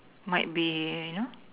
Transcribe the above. might be you know